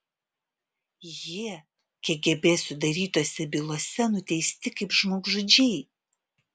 jie kgb sudarytose bylose nuteisti kaip žmogžudžiai